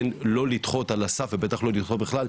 לא לדחות על הסף ובטח לא לדחות בכלל,